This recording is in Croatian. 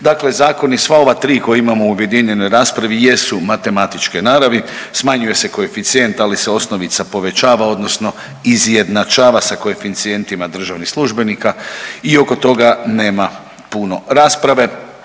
Dakle, zakoni sva ova tri koje imamo u objedinjenoj raspravi jesu matematičke naravi. Smanjuje se koeficijent, ali se osnovica povećava odnosno izjednačava sa koeficijentima državnih službenika i oko toga nema puno rasprave.